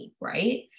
Right